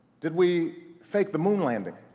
did we fake the moon landing?